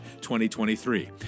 2023